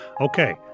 okay